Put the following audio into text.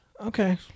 okay